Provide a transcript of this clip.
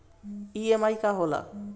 EMI का होला?